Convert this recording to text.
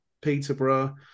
Peterborough